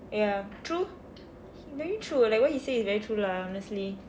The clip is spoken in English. ya true it's very true like what he say it's very true lah honestly